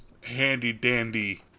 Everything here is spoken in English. handy-dandy